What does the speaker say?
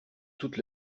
toute